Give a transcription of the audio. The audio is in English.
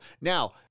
Now